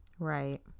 Right